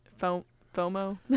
fomo